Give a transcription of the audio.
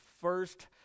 first